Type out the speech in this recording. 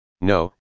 No